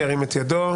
ירים את ידו?